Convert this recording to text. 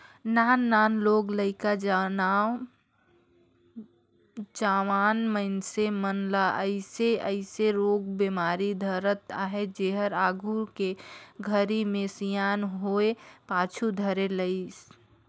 नान नान लोग लइका, जवान मइनसे मन ल अइसे अइसे रोग बेमारी धरत अहे जेहर आघू के घरी मे सियान होये पाछू धरे लाइस